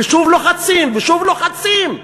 ושוב לוחצים, ושוב לוחצים?